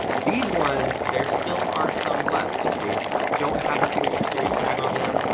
these ones, there still are some left. they don't have the signature series tag on them.